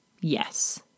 yes